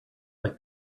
like